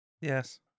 Yes